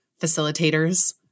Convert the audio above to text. facilitators